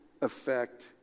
affect